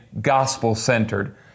gospel-centered